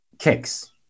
Kicks